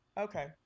Okay